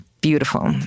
beautiful